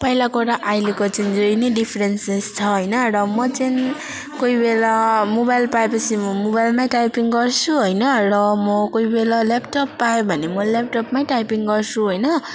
पहिलाको र अहिलेको चाहिँ धेरै नै डिफ्रेन्सेस छ होइन र म चाहिँ नि कोही बेला मोबाइल पाएपछि म मोबाइलमै टाइपिङ गर्छु होइन र म कोही बेला ल्यापटप पाएँ भने म ल्यापटपमै टाइपिङ गर्छु होइन